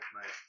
nice